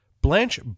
Blanche